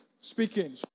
speaking